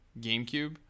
GameCube